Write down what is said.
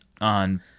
On